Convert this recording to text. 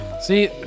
see